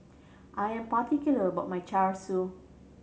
I am particular about my Char Siu